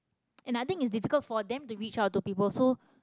and I think it's difficult for them to reach out to people so